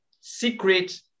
secret